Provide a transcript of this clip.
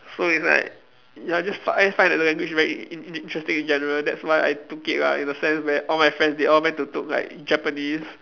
so it's like ya just find find the language very in~ in~ interesting in general that's why I took it lah in the sense where all my friends they all went to took like Japanese